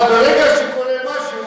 אבל ברגע שקורה משהו,